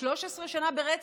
13 שנה ברצף,